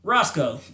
Roscoe